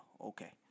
okay